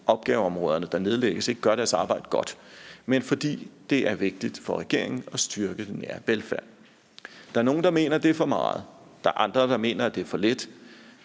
opgaveområderne, der nedlægges, ikke gør deres arbejde godt, men fordi det er vigtigt for regeringen at styrke den nære velfærd. Der er nogle, der mener, at det er for meget. Der er andre, der mener, at det er for lidt.